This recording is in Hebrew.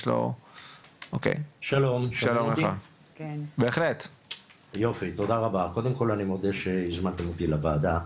שלום, קודם כל אני מודה שהזמנתם אותי לוועדה.